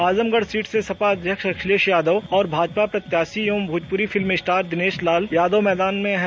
Azamgarh seat से सपा अध्यक्ष अखिलेश यादव और भाजपा प्रत्याशी एवं भोजपुरी फिल्म स्टार दिनेश लाल यादव मैदान में हैं